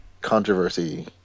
controversy